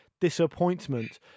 disappointment